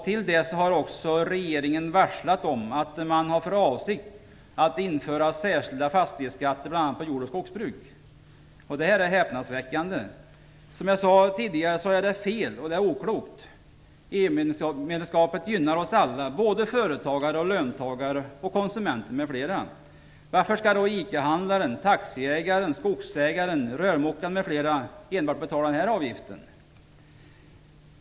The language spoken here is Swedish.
Till detta har regeringen också varslat om att man har för avsikt att införa särskilda fastighetsskatter på bl.a. jord och skogsbruk. Detta är häpnadsväckande. Som jag tidigare sade, är det fel och oklokt. EU-medlemskapet gynnar oss alla, såväl företagare som löntagare och konsumenter m.fl. Varför skall då enbart ICA-handlaren, taxiägaren, skogsägaren, rörmokaren m.fl. betala denna avgift?